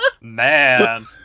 Man